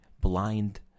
blind